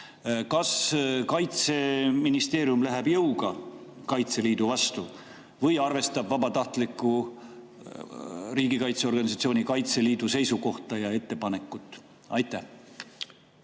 Kas Kaitseministeerium läheb jõuga Kaitseliidu vastu või arvestab vabatahtliku riigikaitseorganisatsiooni Kaitseliidu seisukohta ja ettepanekut? Aitäh!